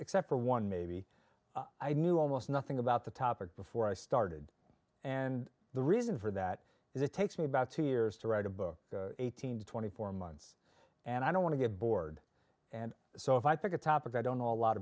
except for one maybe i knew almost nothing about the topic before i started and the reason for that is it takes me about two years to write a book eighteen to twenty four months and i don't want to get bored and so if i think a topic i don't know a lot